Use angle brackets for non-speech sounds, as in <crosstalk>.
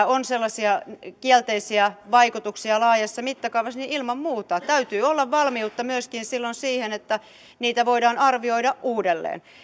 <unintelligible> on sellaisia kielteisiä vaikutuksia laajassa mittakaavassa niin ilman muuta täytyy olla valmiutta silloin myöskin siihen että niitä voidaan arvioida uudelleen